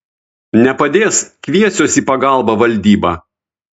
nepadės kviesiuos į pagalbą valdybą